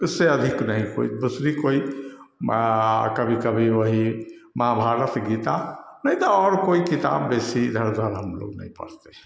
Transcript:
इससे अधिक नहीं कोई दूसरी कोई कभी कभी वही महाभारत गीता नही तो और कोई किताब वैसी इधर उधर हम लोग नहीं पढ़ते हैं